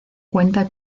cuenta